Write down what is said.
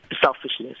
selfishness